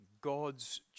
God's